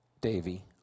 Davy